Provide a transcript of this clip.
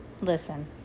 listen